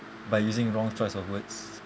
by using wrong choice of words